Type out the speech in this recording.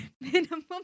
minimum